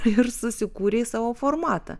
ir susikūrei savo formatą